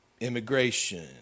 Immigration